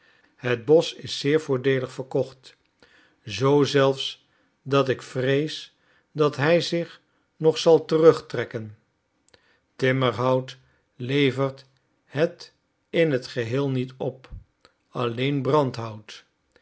het bosch is zeer voordeelig verkocht zoo zelfs dat ik vrees dat hij zich nog zal terug trekken timmerhout levert het in het geheel niet op alleen brandhout